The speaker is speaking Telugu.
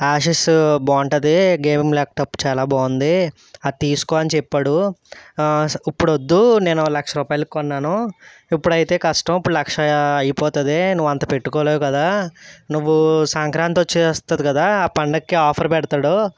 ఏసుస్ బాగుంటుంది గేమింగ్ ల్యాప్టాప్ చాలా బాగుంది అది తీసుకో అని చెప్పాడు ఇప్పుడు వద్దూ నేను ఒక లక్ష రూపాయలకి కొన్నాను ఇప్పుడు అయితే కష్టం ఇప్పుడు లక్షా అయిపోతుంది నువ్వు అంత పెట్టుకోలేవు కదా నువ్వూ సంక్రాంతి వచ్చే వస్తుంది కదా ఆ పండగకి ఆఫర్ పెడతాడు